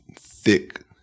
thick